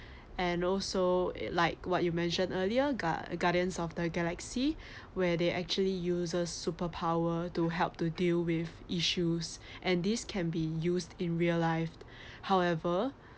and also it like what you mentioned earlier guard guardians of the galaxy where they actually uses superpower to help to deal with issues and this can be used in real life however